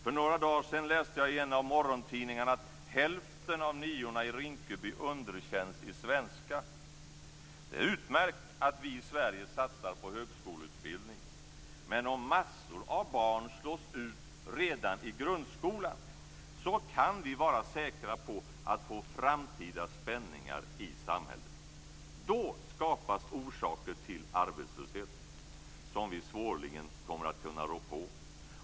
För några dagar sedan läste jag i en av morgontidningarna att hälften av niorna i Rinkeby underkänns i svenska. Det är utmärkt att vi i Sverige satsar på högskoleutbildning. Men om massor av barn slås ut redan i grundskolan så kan vi vara säkra på att få framtida spänningar i samhället. Då skapas orsaker till en arbetslöshet som vi svårligen kommer att kunna rå på.